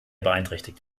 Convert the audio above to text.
beeinträchtigt